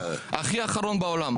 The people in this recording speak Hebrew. האמירות האלה.